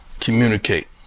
communicate